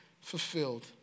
fulfilled